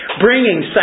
bringing